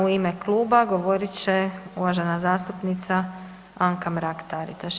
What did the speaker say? U ime kluba, govorit će uvažena zastupnica Anka Mrak-Taritaš.